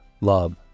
love